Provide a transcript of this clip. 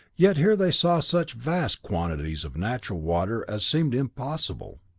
yet here they saw such vast quantities of natural water as seemed impossible.